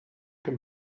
can